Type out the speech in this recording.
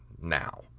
now